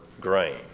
grain